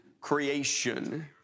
creation